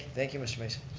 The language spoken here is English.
thank you, mr. mason.